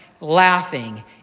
laughing